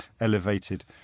elevated